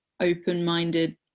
open-minded